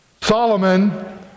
Solomon